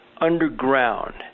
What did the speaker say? underground